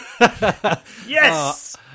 Yes